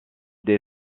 des